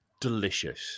delicious